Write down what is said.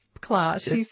class